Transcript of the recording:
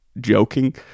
joking